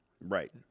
Right